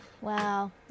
Wow